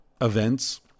events